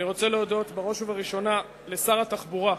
אני רוצה להודות בראש ובראשונה לשר התחבורה.